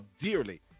dearly